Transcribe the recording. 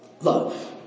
love